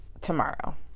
tomorrow